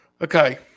Okay